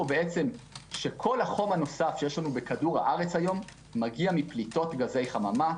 כל החום הנוסף שיש לנו בכדור הארץ היום מגיע מפליטות גזי חממה.